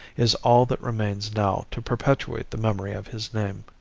is all that remains now to perpetuate the memory of his name.